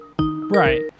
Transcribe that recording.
Right